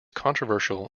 controversial